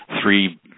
three